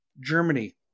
Germany